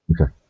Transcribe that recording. Okay